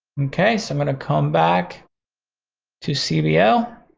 okay? so i'm gonna come back to cbo.